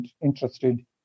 interested